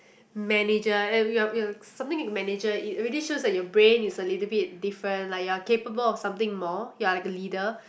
manager you like you like something in manager it really shows that your brain is a little bit different like you are capable of something more you are like a leader